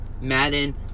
Madden